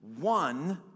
one